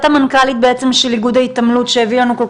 את המנכ"לית של איגוד ההתעמלות שהביא לנו כל